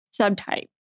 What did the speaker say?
subtype